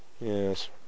Yes